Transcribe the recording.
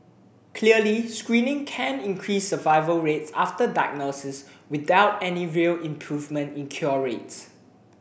clearly screening can increase survival rates after diagnosis without any real improvement in cure rates